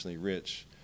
rich